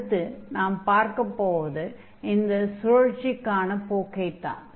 அடுத்து நாம் பார்க்கப் போவது இந்த சுழற்சிக்கான போக்கைத்தான்